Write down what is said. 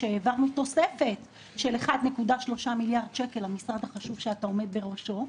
כשהעברנו תוספת של 1.3 מיליארד שקל למשרד החשוב שאתה עומד בראשו,